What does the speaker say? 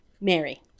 Mary